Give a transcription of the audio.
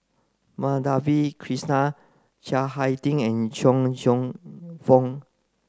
Madhavi Krishnan Chiang Hai Ding and Cheong Cheong Fook